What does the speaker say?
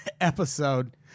episode